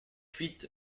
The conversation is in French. huit